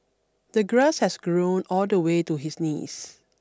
the grass had grown all the way to his knees